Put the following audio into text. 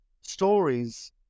stories